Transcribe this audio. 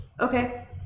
Okay